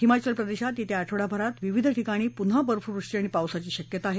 हिमाचल प्रदेशात येत्या आठवडाभरात विविध ठिकाणी पुन्हा बर्फवृष्टी आणि पावसाची शक्यता आहे